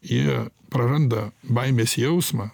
jie praranda baimės jausmą